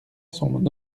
son